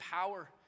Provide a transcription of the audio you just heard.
power